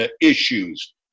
issues